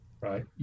right